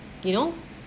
you know